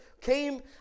came